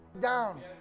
down